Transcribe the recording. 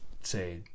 say